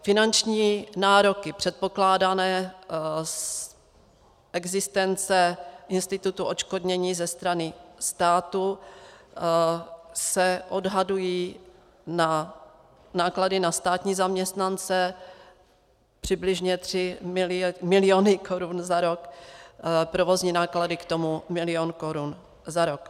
Finanční nároky předpokládané z existence institutu odškodnění ze strany státu se odhadují na náklady na státní zaměstnance přibližně tři miliony korun za rok, provozní náklady k tomu milion korun za rok.